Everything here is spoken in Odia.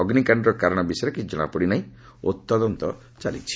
ଅଗ୍ନିକାଶ୍ଡର କାରଣ ବିଷୟରେ କିଛି ଜଣାପଡ଼ି ନାହିଁ ଓ ତଦନ୍ତ ଆରମ୍ଭ ହୋଇଛି